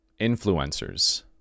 influencers